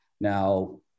Now